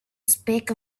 speak